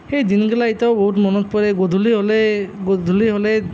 সেই দিনগেলা এতিয়াও বহুত মনত পৰে গধূলি হ'লে